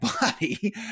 body